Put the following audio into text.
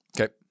Okay